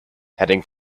heading